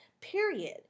period